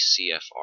CFR